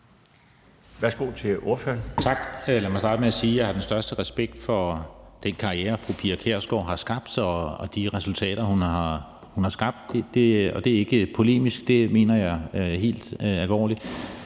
Friis Bach (RV): Tak. Lad mig starte med at sige, at jeg har den største respekt for den karriere, fru Pia Kjærsgaard har skabt sig, og de resultater, hun har skabt. Det er ikke polemisk; det mener jeg helt alvorligt.